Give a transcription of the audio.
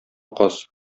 каз